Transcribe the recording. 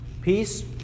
Peace